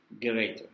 greater